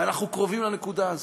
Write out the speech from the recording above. ואנחנו קרובים לנקודה הזו.